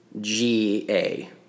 G-A